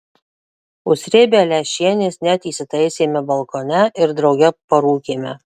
užsrėbę lęšienės net įsitaisėme balkone ir drauge parūkėme